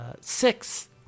Six